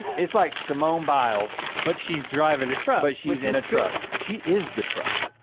it's like simone biles. but she's driving a truck. but she's in a truck, she is the truck.